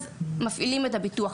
אז מפעילים את הביטוח.